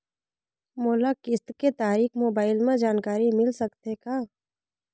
मोला किस्त के तारिक मोबाइल मे जानकारी मिल सकथे का?